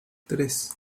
tres